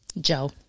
Joe